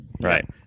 Right